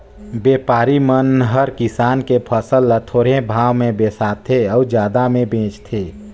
बेपारी मन हर किसान के फसल ल थोरहें भाव मे बिसाथें अउ जादा मे बेचथें